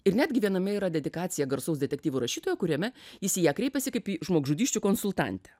ir netgi viename yra dedikacija garsaus detektyvų rašytojo kuriame jis į ją kreipiasi kaip į žmogžudysčių konsultantę